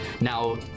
now